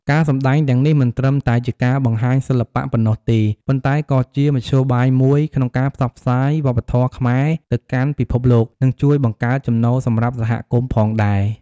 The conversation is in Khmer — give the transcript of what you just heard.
ការសម្តែងទាំងនេះមិនត្រឹមតែជាការបង្ហាញសិល្បៈប៉ុណ្ណោះទេ ប៉ុន្តែក៏ជាមធ្យោបាយមួយក្នុងការផ្សព្វផ្សាយវប្បធម៌ខ្មែរទៅកាន់ពិភពលោក និងជួយបង្កើតចំណូលសម្រាប់សហគមន៍ផងដែរ។